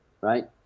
right